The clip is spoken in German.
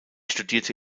studierte